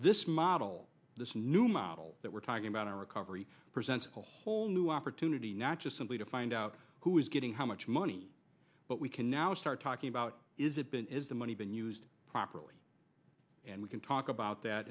this model this new model that we're talking about our recovery presents a whole new opportunity not just simply to find out who is getting how much money but we can now start talking about is it been is the money been used properly and we can talk about that